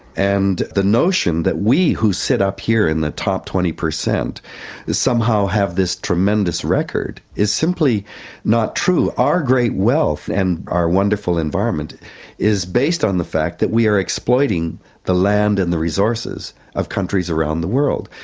and the notion that we who sit up here in the top twenty percent somehow have this tremendous record is simply not true. our great wealth and our wonderful environment is based on the fact that we are exploiting the land and the resources of countries around the world.